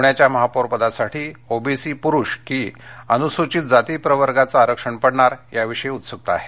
पुण्याच्या महापौरपदासाठी ओबीसी प्रुष की अनुसूचित जाती प्रवर्गाचे आरक्षण पडणार याविषयी उत्सुकता आहे